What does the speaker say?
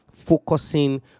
focusing